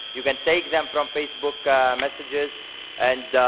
you can take them from facebook messages and,